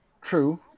True